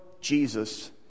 Jesus